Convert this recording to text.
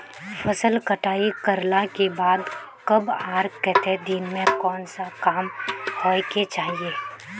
फसल कटाई करला के बाद कब आर केते दिन में कोन सा काम होय के चाहिए?